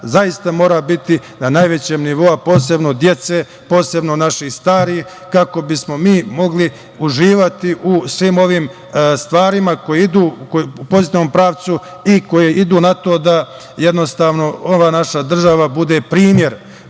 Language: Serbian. zaista mora na najvećem nivou, a posebno deca, naši stari, kako bismo mogli uživati u svim ovim stvarima koje idu u pozitivnom pravcu i koje idu na to da ova naša država bude primer,